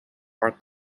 are